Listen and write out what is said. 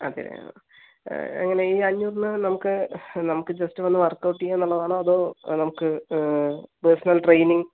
അതെ എങ്ങനെ ഈ അഞ്ഞൂറിന് നമുക്ക് നമുക്ക് ജസ്റ്റ് വന്ന് വർക്ക് ഔട്ട് ചെയ്യാമെന്നുള്ളതാണോ അതോ നമുക്ക് പേർസണൽ ട്രെയിനിംഗ്